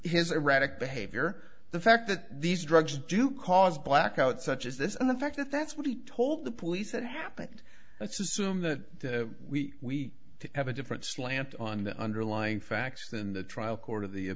his erratic behavior the fact that these drugs do cause blackouts such as this and the fact that that's what he told the police it happened let's assume the we have a different slant on the underlying facts in the trial court of the